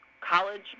college